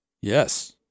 Yes